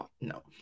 No